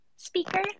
speaker